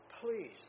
please